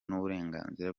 n’uburenganzira